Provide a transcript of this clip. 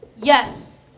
Yes